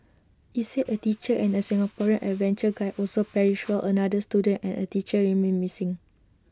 IT said A teacher and A Singaporean adventure guide also perished while another student and A teacher remain missing